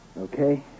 Okay